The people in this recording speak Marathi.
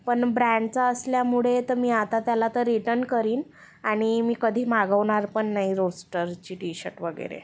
पण ब्रँडचा असल्यामुळे तर मी आता त्याला तर रिटन करीन आणि मी कधी मागवनार पण नाही रोडस्टरची टी शट वगैरे